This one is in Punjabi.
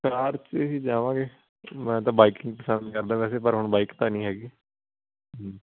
ਕਾਰ ਚ ਹੀ ਜਾਵਾਂਗੇ ਮੈਂ ਤਾਂ ਬਾਈਕਿੰਗ ਪਸੰਦ ਕਰਦਾਂ ਵੈਸੇ ਪਰ ਹੁਣ ਬਾਈਕ ਤਾਂ ਨੀ ਹੈਗੀ ਹੂੰ